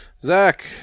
Zach